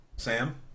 Sam